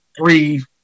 three